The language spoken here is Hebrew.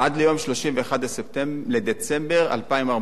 עד יום 31 בדצמבר 2014,